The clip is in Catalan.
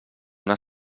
una